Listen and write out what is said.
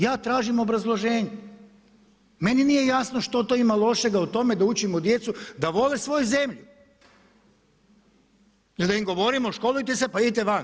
Ja tražim obrazloženje, meni nije jasno što to ima lošega u tome da učimo djecu da vole svoju zemlju ili da im govorimo školujte se pa idite van.